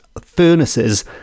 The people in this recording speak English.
furnaces